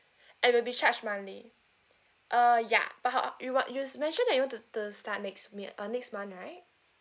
and will be charge monthly uh ya but how~ you you mentioned that you want to start next meal uh next month right